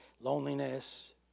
loneliness